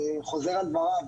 אני חוזר על דבריו.